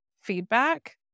feedback